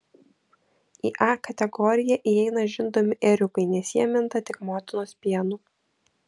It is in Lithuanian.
į a kategoriją įeina žindomi ėriukai nes jie minta tik motinos pienu